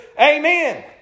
Amen